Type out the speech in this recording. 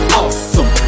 awesome